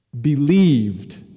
Believed